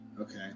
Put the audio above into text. Okay